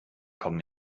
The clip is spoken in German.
kommen